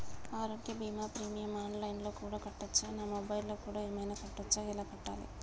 ఆరోగ్య బీమా premium online లో కూడా కట్టచ్చా? నా మొబైల్లో కూడా ఏమైనా కట్టొచ్చా? ఎలా కట్టాలి?